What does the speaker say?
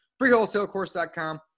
freewholesalecourse.com